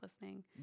listening